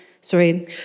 sorry